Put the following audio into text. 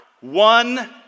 one